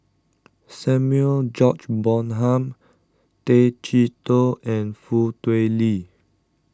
Samuel George Bonham Tay Chee Toh and Foo Tui Liew